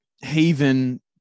Haven